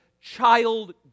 child